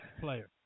player